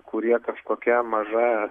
kurie kažkokia maža